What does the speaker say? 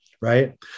right